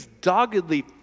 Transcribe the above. doggedly